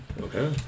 Okay